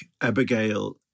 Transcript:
abigail